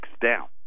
down